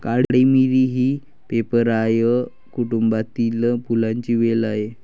काळी मिरी ही पिपेरासाए कुटुंबातील फुलांची वेल आहे